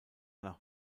nach